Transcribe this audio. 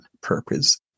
purpose